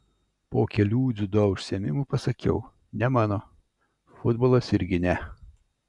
po kelių dziudo užsiėmimų pasakiau ne mano futbolas irgi ne